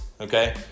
okay